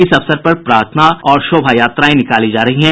इस अवसर पर प्रार्थना और शोभा यात्राएं निकाली जा रही हैं